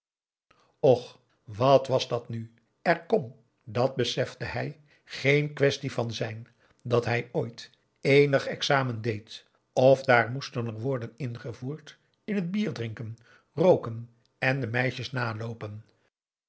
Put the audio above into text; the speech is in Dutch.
och wat was dat nu er kon dat besefte hij geen quaestie van zijn dat hij ooit eenig examen deed of daar moesten er worden ingevoerd in het bier drinken rooken en de meisjes naloopen